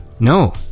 No